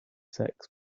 sex